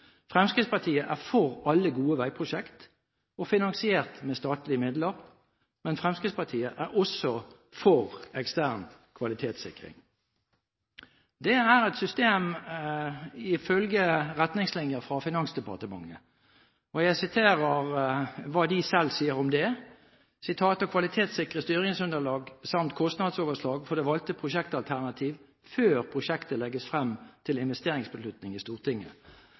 Fremskrittspartiet er for alle gode veiprosjekt – finansiert med statlige midler. Fremskrittspartiet er også for ekstern kvalitetssikring. Det er et system som ifølge retningslinjer fra Finansdepartementet er – og jeg siterer hva de selv sier om det: «Å kvalitetssikre styringsunderlag samt kostnadsoverslag for det valgte prosjektalternativ før prosjektet legges frem til investeringsbeslutning i Stortinget.